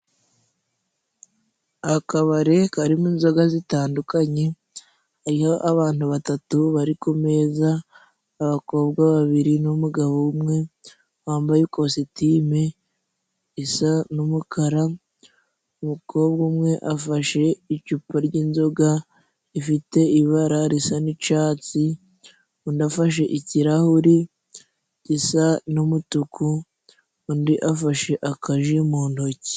Akabari karimo inzoga zitandukanye. Iyo abantu batatu bari ku meza, abakobwa babiri n'umugabo umwe wambaye ikositime isa n'umukara. Umukobwa umwe afashe icupa ry'inzoga rifite ibara risa n'icatsi, undi afashe ikirahuri gisa n'umutuku, undi afashe akaji mu ntoki.